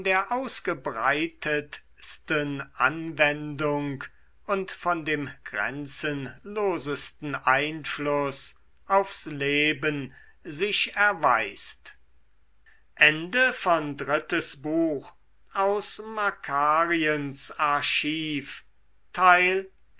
ausgebreitetsten anwendung und von dem grenzenlosesten einfluß aufs leben sich erweist der